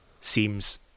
seems